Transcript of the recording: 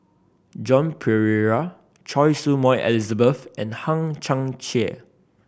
Joan Pereira Choy Su Moi Elizabeth and Hang Chang Chieh